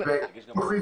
שוב,